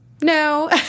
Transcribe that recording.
No